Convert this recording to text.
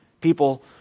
People